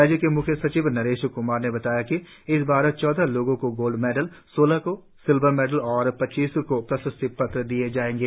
राज्य के मुख्य सचिव नरेश कुमार ने बताया कि इस बार चौदह लोगों को गोल्ड मेडल सोलह को सिलवर मेडल और पच्चीस को प्रशस्ति पत्र दिए जाएंगे